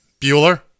Bueller